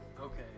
Okay